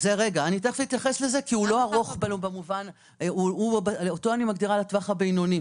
אני מגדירה אותו לטווח הבינוני.